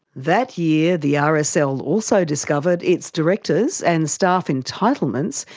that year the ah rsl also discovered its directors and staffs entitlements,